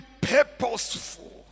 purposeful